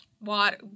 Water